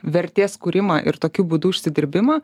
vertės kūrimą ir tokiu būdu užsidirbimą